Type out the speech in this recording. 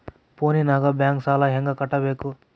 ಫೋನಿನಾಗ ಬ್ಯಾಂಕ್ ಸಾಲ ಹೆಂಗ ಕಟ್ಟಬೇಕು?